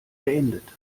beendet